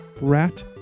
Rat